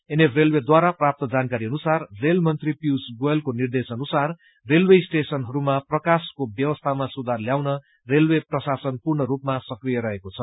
NF रेलवेढारा प्राप्त जानकारी अनुसार रेलमन्त्री पीयूष गोयलको निर्देश अनुसार रेलवे स्टेशनहरूमा प्रकाशको व्यवस्थामा सुधार ल्याउन रेलवे प्रशासन पूर्ण रूपमा सक्रिय रहेको छ